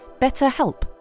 BetterHelp